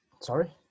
Sorry